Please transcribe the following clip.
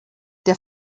der